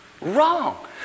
Wrong